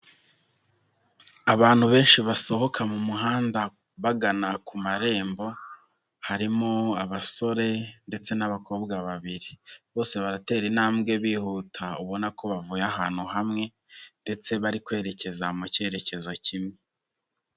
Abantu benshi basohoka mu muhanda, bagana ku marembo, harimo abasore ndetse n'abakobwa babiri, bose baratera intambwe bihuta, ubona ko bavuye ahantu hamwe ndetse bari kwerekeza mu cyerekezo kimwe.